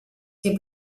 que